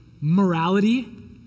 morality